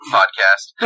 Podcast